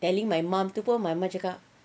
telling my mum tu pun my mum cakap